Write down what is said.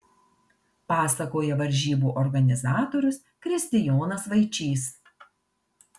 pasakoja varžybų organizatorius kristijonas vaičys